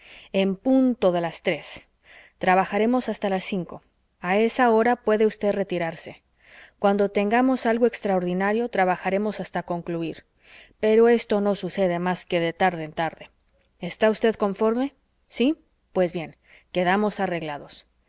en punto de las tres trabajaremos hasta las cinco a esa hora puede usted retirarse cuando tengamos algo extraordinario trabajaremos hasta concluir pero esto no sucede más que de tarde en tarde está usted conforme sí pues bien quedamos arreglados